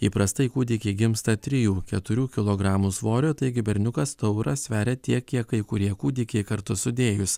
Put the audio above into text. įprastai kūdikiai gimsta trijų keturių kilogramų svorio taigi berniukas tauras sveria tiek kiek kai kurie kūdikiai kartu sudėjus